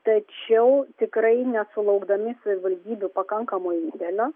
tačiau tikrai nesulaukdami savivaldybių pakankamo indelio